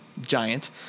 giant